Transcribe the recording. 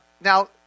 Now